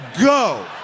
go